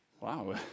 wow